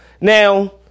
Now